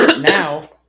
now